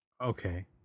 Okay